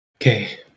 Okay